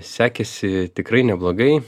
sekėsi tikrai neblogai